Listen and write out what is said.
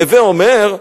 הווי אומר,